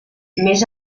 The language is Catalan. més